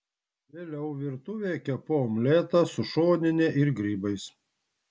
vėliau virtuvėje kepu omletą su šonine ir grybais